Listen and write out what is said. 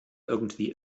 irgendwie